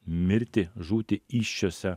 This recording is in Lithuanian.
mirti žūti įsčiose